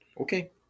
Okay